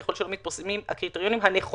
ככל שלא מתפרסמים הקריטריונים הנכונים,